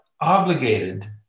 obligated